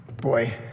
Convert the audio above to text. Boy